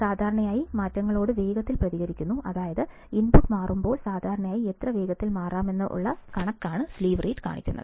സാധാരണയായി മാറ്റങ്ങളോട് വേഗത്തിൽ പ്രതികരിക്കുന്നു അതായത് ഇൻപുട്ട് മാറ്റുമ്പോൾ സാധാരണയായി എത്ര വേഗത്തിൽ മാറാമെന്ന് സ്ലീവ് റേറ്റ് കാണിക്കുന്നു